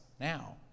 now